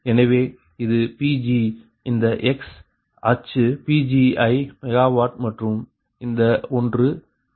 எனவே இது Pg இந்த x அச்சு PgiMWமற்றும் இது இந்த ஒன்று ஆகும்